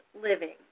living